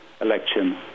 election